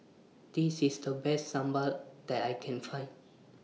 This IS The Best Sambal that I Can Find